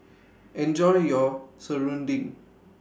Enjoy your Serunding